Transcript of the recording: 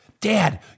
Dad